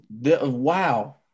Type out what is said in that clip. wow